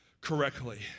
correctly